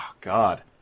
God